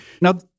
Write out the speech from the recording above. now